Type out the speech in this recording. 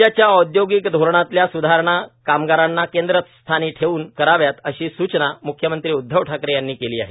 राज्याच्या औदयोगिक धोरणातल्या सुधारणा कामगारांना केंद्रस्थानी ठेऊन कराव्यात अशी सूचना म्ख्यमंत्री उदधव ठाकरे यांनी केली आहे